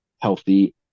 healthy